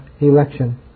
election